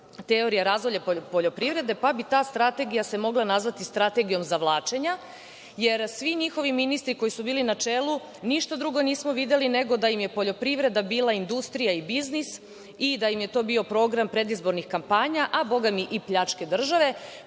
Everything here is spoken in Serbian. teorija razvoja poljoprivrede, pa bi ta strategija bi se mogla nazvati strategijom zavlačenja, jer svi njihovi ministri koji su bili na čelu, ništa drugo nismo videli nego da im je poljoprivreda bila industrija i biznis i da im je to bio program predizbornih kampanja a boga mi i pljačke države,